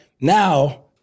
now